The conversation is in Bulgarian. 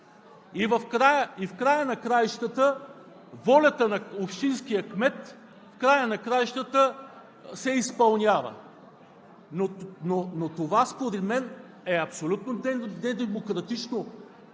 защо става така, волята на общинския кмет в края на краищата се изпълнява. Това според мен е абсолютно недемократично